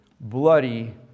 bloody